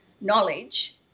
knowledge